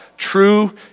true